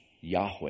Yahweh